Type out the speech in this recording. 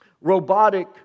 robotic